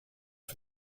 for